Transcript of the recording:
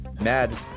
Mad